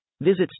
Visit